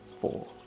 four